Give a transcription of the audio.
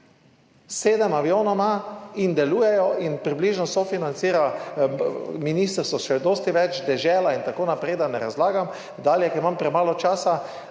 Sedem avionov ima in delujejo in približno sofinancira ministrstvo, še dosti več dežela in tako naprej, da ne razlagam dalje, ker imam premalo časa.